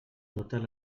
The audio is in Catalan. totes